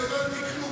לא הבנתי כלום.